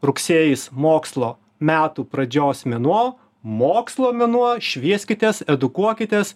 rugsėjis mokslo metų pradžios mėnuo mokslo mėnuo švieskitės edukuokitės